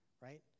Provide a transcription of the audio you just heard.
right